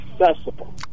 accessible